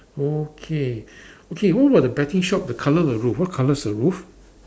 okay okay what about the betting shop the colour of the roof what colour is the roof